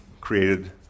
created